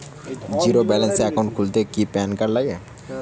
Zero balance account খুলতে কি PAN card লাগে?